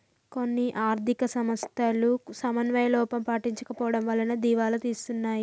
కొన్ని ఆర్ధిక సంస్థలు సమన్వయ లోపం పాటించకపోవడం వలన దివాలా తీస్తున్నాయి